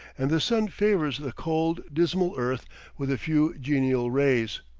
and the sun favors the cold, dismal earth with a few genial rays,